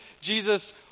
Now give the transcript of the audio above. Jesus